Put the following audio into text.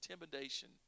intimidation